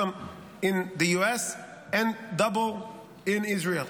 in the U.S. and double in Israel.